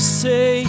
say